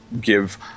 give